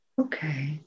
Okay